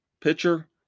pitcher